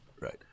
Right